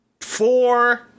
four